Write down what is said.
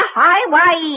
highway